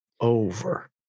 over